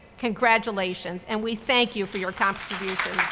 congratulations, and we thank you for your contribution.